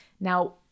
Now